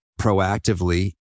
proactively